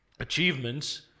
Achievements